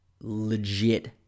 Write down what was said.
Legit